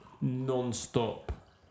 non-stop